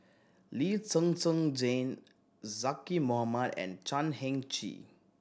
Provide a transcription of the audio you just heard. Lee Zhen Zhen Jane Zaqy Mohamad and Chan Heng Chee